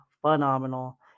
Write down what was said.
phenomenal